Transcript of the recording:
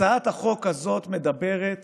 הצעת החוק הזאת מדברת